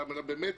אלא באמת